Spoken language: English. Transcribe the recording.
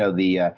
ah the, ah,